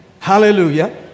Hallelujah